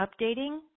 updating